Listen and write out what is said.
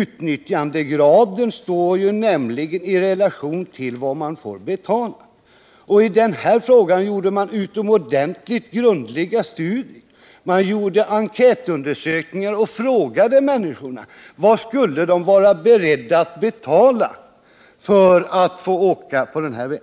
Utnyttjandegraden står nämligen i relation till vad man får betala. I den här frågan gjorde man utomordentligt grundliga studier, och man lät genomföra enkätundersökningar och frågade människorna vad de skulle vara beredda att betala för att få åka på vägen.